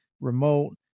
remote